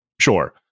sure